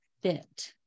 fit